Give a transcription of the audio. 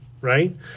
right